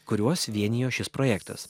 kuriuos vienijo šis projektas